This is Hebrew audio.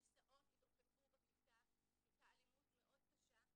כיסאות התעופפו בכיתה, היתה אלימות מאוד קשה.